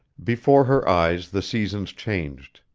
before her eyes the seasons changed,